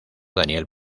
daniel